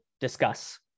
discuss